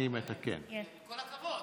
אבל כל הכבוד.